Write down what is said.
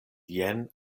jen